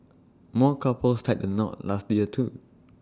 more couples tied the knot last year too